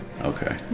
Okay